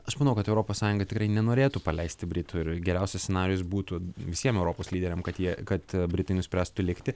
aš manau kad europos sąjunga tikrai nenorėtų paleisti britų ir geriausias scenarijus būtų visiem europos lyderiam kad jie kad britai nuspręstų likti